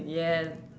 yes